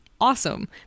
awesome